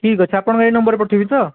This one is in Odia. ଠିକ୍ ଅଛି ଆପଣଙ୍କ ଏହି ନମ୍ବର୍ରେ ପଠାଇବି ତ